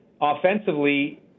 offensively